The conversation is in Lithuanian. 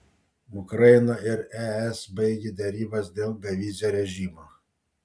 ukraina ir es baigė derybas dėl bevizio režimo